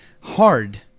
hard